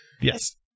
yes